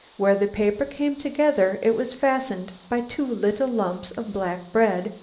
where the paper came together it was fastened by two little lumps of black bread,